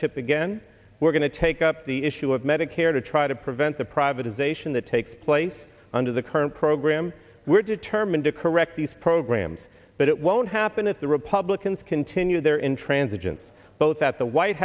chip again we're going to take up the issue of medicare to try to prevent the privatization that takes place under the current program we're determined to correct these programs but it won't happen if the republicans continue their intransigence both at the white